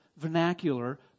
vernacular